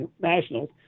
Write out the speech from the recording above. nationals